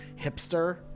hipster